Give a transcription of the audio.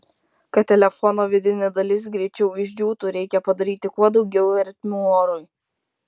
kad telefono vidinė dalis greičiau išdžiūtų reikia padaryti kuo daugiau ertmių orui